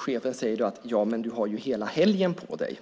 Chefen säger då: Jamen du har ju hela helgen på dig!